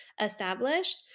established